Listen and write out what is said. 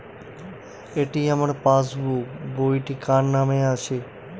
এটি আমার পাসবুক বইটি কার নামে আছে?